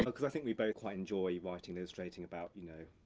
but cause i think we both quite enjoy writing illustrating about, you know,